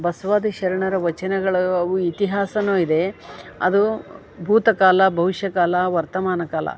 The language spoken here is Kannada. ಬಸವಾದಿ ಶರಣರ ವಚನಗಳು ಅವು ಇತಿಹಾಸನು ಇದೆ ಅದು ಭೂತಕಾಲ ಭವಿಷ್ಯಕಾಲ ವರ್ತಮಾನಕಾಲ